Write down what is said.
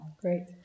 Great